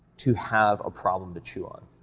to have a problem to chew on.